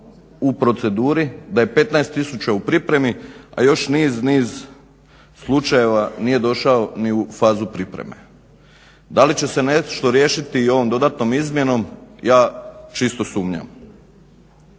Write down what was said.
u proceduri, da je 15000 u pripremi, a još niz, niz slučajeva nije došao ni u fazu pripreme. Da li će se nešto riješiti i ovom dodatnom izmjenom ja čisto sumnjam.